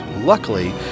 Luckily